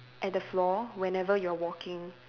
at the floor whenever you're walking